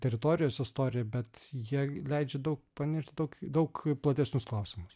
teritorijos istorija bet jie leidžia daug panirt daug daug į platesnius klausimus